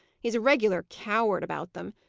he's a regular coward about them.